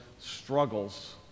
struggles